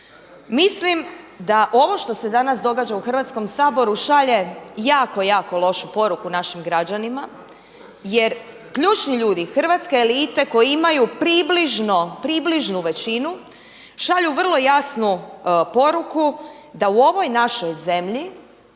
Mislim da ovo što se danas događa u Hrvatskom saboru šalje jako, jako lošu poruku našim građanima jer ključni ljudi hrvatske elite koji imaju približno, približnu većinu, šalju vrlo jasnu poruku da u ovoj našoj zemlji